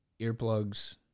earplugs